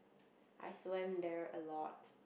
I swam there a lot